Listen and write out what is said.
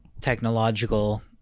technological